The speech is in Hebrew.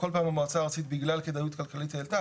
כל פעם המועצה הארצית בגלל כדאיות כלכלית העלתה.